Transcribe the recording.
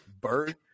Bird